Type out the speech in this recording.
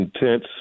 intense